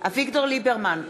אביגדור ליברמן,